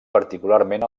particularment